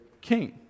king